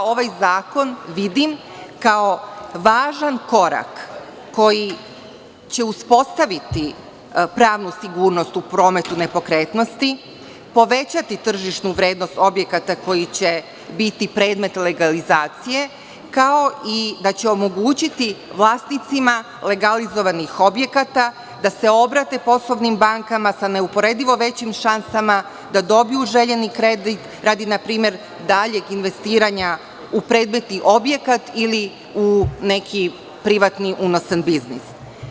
Ovaj zakon vidim kao važan korak koji će uspostaviti pravnu sigurnost u prometu nepokretnosti, povećati tržišnu vrednost objekata koji će biti predmet legalizacije, kao i da će omogućiti vlasnicima legalizovanih objekata da se obrate poslovnim bankama sa neuporedivo većim šansama, da dobiju željeni kredit radi, npr, daljeg investiranja u predmetni objekat ili u neki privati unosan biznis.